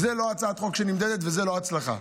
זו לא הצעת חוק שנמדדת וזו לא הצלחה.